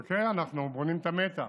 חכה, אנחנו בונים את המתח.